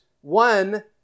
one